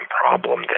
problem